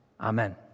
Amen